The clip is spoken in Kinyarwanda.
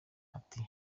ati